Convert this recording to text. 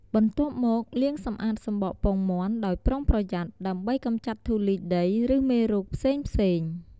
បន្ទាប់មក លាងសម្អាតសំបកពងមាន់ដោយប្រុងប្រយ័ត្ន ដើម្បីកម្ចាត់ធូលីដី ឬមេរោគផ្សេងៗ។